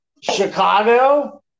Chicago